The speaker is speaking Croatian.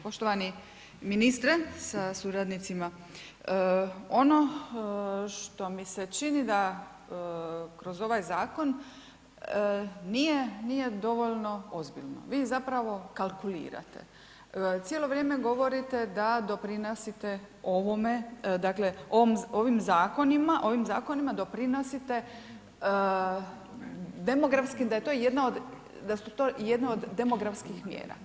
Poštovani ministre sa suradnicima, ono što mi se čini da kroz ovaj zakon nije, nije dovoljno ozbiljno, vi zapravo kalkulirate, cijelo vrijeme govorite da doprinosite ovome, dakle ovim zakonima, ovim zakonima doprinosite demografski da je to jedna od, da su to jedne od demografskih mjera.